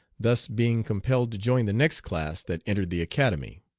thus being compelled to join the next class that entered the academy.